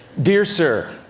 dear sir,